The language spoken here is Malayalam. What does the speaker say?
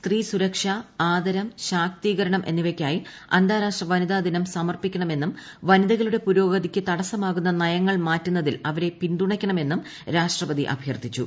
സ്ത്രീ സ്ത്രക്ഷ ആദരം ശാക്തീകരണം എന്നിവയ്ക്കായി അന്താരാഷ്ട്രട വനിതാ ദിനം സമർപ്പിക്കണമെന്നും വനിതകളുടെ പുരോഗതീക്ക് തടസ്സമാകുന്ന നയങ്ങൾ മാറ്റുന്നതിൽ അവരെ പിന്തുണയ്ക്കണമെന്നും രാഷ്ട്രപതി അഭ്യർത്ഥിച്ചു